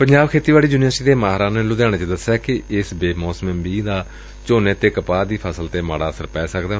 ਪੰਜਾਬ ਖੇਤੀਬਾੜੀ ਯੂਨੀਵਰਸਿਟੀ ਦੇ ਮਾਹਿਰਾਂ ਨੇ ਲੁਧਿਆਣੇ ਚ ਦਸਿਆ ਕਿ ਇਸ ਬੇਮੌਸਮੇ ਮੀਂਹ ਦਾ ਝੋਨੇ ਅਤੇ ਕਪਾਹ ਦੀ ਫਸਲ ਤੇ ਮਾੜਾ ਅਸਰ ਪੈ ਸਕਦੈ